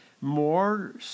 more